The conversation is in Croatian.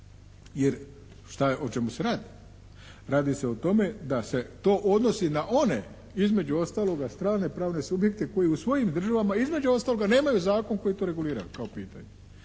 jer šta je, o čemu se radi. Radi se o tome da se to odnosi na one između ostaloga, strane pravne subjekte koji u svojim državama između ostaloga nemaju zakon koji to regulira kao pitanje.